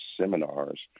seminars